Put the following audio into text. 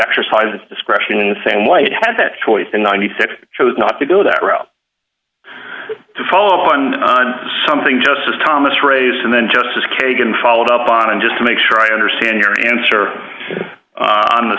exercise discretion in the same light had that choice in ninety seven chose not to go that route to follow on on something justice thomas raised and then justice kagan followed up on and just to make sure i understand your answer on the